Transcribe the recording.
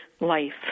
life